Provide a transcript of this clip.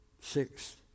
six